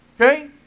Okay